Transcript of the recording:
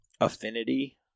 affinity